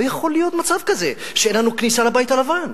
לא יכול להיות מצב כזה שאין לנו כניסה לבית הלבן.